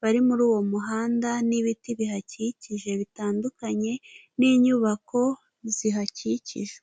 bari muri uwo muhanda n'ibiti bihakikije bitandukanye n'inyubako zihakikije.